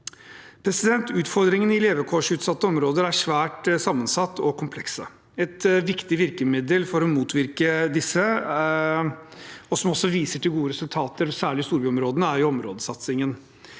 årene. Utfordringene i levekårsutsatte områder er svært sammensatte og komplekse. Et viktig virkemiddel for å motvirke disse, og som også viser til gode resultater, særlig i storbyområdene, er områdesatsingen.